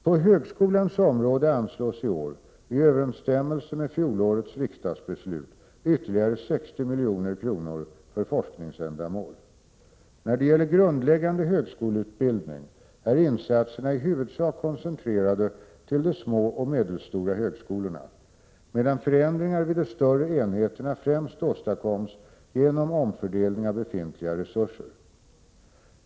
På högskolans område anslås i år i överensstämmelse med fjolårets riksdagsbeslut ytterligare 60 milj.kr. för forskningsändamål. När det gäller grundläggande högskoleutbildning är insatserna i huvudsak koncentrerade till de små och medelstora högskolorna, medan förändringar vid de större enheterna främst åstadkoms genom omfördelning av befintliga resurser.